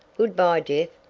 good-bye, jeff,